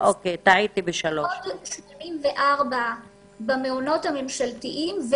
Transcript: ועוד 34 במעונות הממשלתיים,